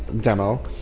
demo